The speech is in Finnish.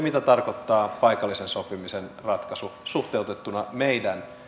mitä tarkoittaa paikallisen sopimisen ratkaisu suhteutettuna meidän